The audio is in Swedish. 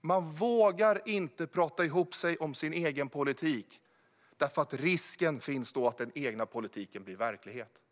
Man vågar inte prata ihop sig om sin egen politik, eftersom risken då finns att den egna politiken blir verklighet.